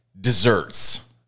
desserts